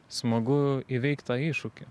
smagu įveikt tą iššūkį